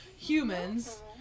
humans